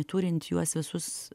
turint juos visus